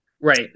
Right